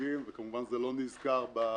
הנציגים וכמובן זה לא נזכר בנוסח.